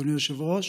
אדוני היושב-ראש,